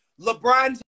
LeBron